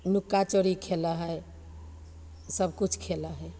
नुक्काचोरी खेलऽ हइ तऽ सबकिछु खेलऽ हइ